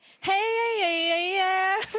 Hey